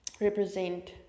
represent